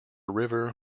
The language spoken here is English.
river